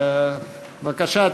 בבקשה.